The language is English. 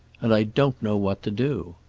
and i don't know what to do.